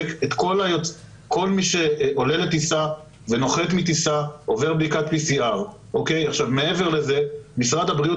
כל מי שעולה לטיסה ונוחת מטיסה עובר בדיקת PCR. מעבר לזה משרד הבריאות